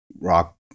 rock